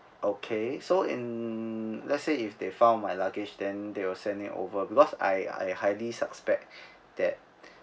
okay so in mm let's say if they found my luggage then they will send it over because I I highly suspect that